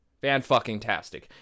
Fan-fucking-tastic